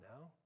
now